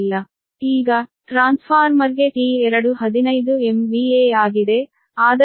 ಈಗ ಟ್ರಾನ್ಸ್ಫಾರ್ಮರ್ಗೆ T2 15 MVA ಆಗಿದೆ ಆದರೆ ಮತ್ತೆ 6